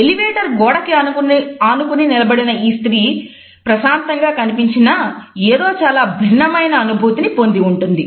elevator గోడకి ఆనుకుని నిలబడిన ఈ స్త్రీ ప్రశాంతంగా కనిపించినా ఏదో చాలా భిన్నమైన అనుభూతిని పొందిఉంటుంది